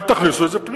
אל תכניסו את זה פנימה.